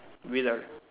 without